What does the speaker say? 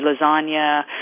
lasagna